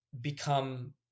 become